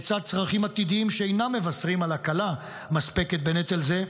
לצד צרכים עתידיים שאינם מבשרים על הקלה מספקת בנטל זה,